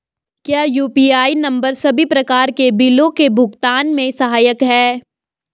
क्या UPI number सभी प्रकार के बिलों के भुगतान में सहायक हैं?